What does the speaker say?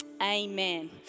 Amen